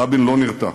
רבין לא נרתע.